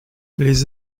les